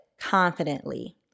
confidently